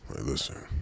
Listen